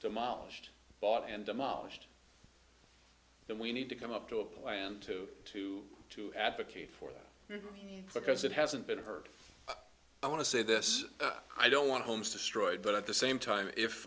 demolished bought and demolished then we need to come up to a plan to to to advocate for it because it hasn't been heard i want to say this i don't want homes destroyed but at the same time if